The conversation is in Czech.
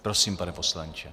Prosím, pane poslanče.